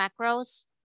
macros